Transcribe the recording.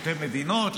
שתי מדינות.